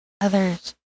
Others